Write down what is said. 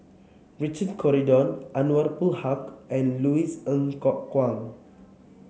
Richard Corridon Anwarul Haque and Louis Ng Kok Kwang